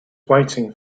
waiting